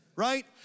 right